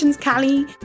Callie